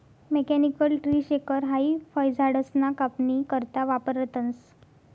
mechanical tree shaker हाई फयझाडसना कापनी करता वापरतंस